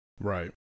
Right